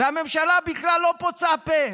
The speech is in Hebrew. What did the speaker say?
והממשלה בכלל לא פוצה פה.